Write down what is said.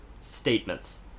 statements